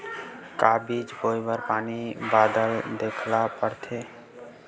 का बीज बोय बर पानी बादल देखेला पड़थे?